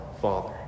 Father